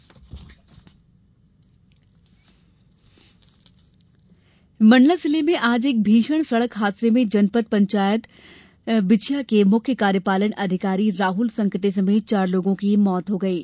सड़क हादसा मंडला जिले में आज एक भीषण सडक हादसे में जनपद पंचायत बिछिया के मुख्य कार्यपालन अधिकारी राहल संकटे समेत चार लोगों की मौत हो गयी